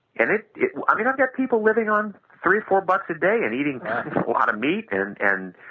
and it it i mean i've got people living on three, four bucks a day and eating lot of meat and and and,